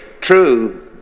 true